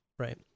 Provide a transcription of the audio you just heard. right